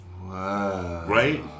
right